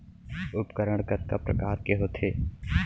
उपकरण कतका प्रकार के होथे?